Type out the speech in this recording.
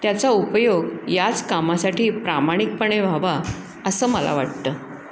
त्याचा उपयोग याच कामासाठी प्रामाणिकपणे व्हावा असं मला वाटतं